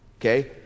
okay